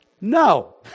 No